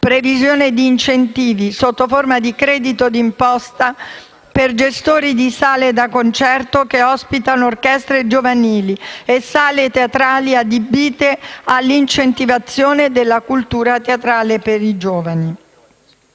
previsione di incentivi, sotto forma di credito d'imposta, per i gestori di sale da concerto che ospitano orchestre giovanili e sale teatrali adibite all'incentivazione della cultura teatrale per i giovani.